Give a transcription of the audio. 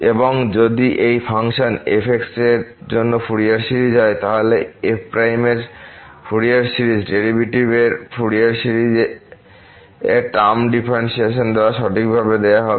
এবং যদি এই ফাংশন f এর জন্য ফুরিয়ার সিরিজ হয় তাহলে f এর ফুরিয়ার সিরিজ ডেরিভেটিভের ফুরিয়ার সিরিজ সিরিজের টার্ম ডিফারেনশিয়েশন দ্বারা সঠিকভাবে দেওয়া হবে